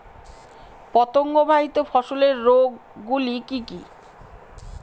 পতঙ্গবাহিত ফসলের রোগ গুলি কি কি?